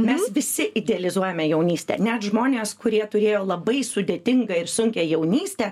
mes visi idealizuojame jaunystę net žmonės kurie turėjo labai sudėtingą ir sunkią jaunystę